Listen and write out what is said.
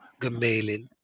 Gemelin